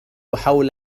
حول